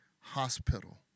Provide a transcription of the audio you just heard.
hospital